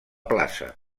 plaça